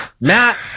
Matt